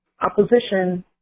opposition